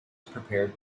prepared